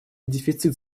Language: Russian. дефицит